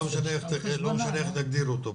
לא משנה איך תגדיר אותו,